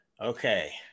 Okay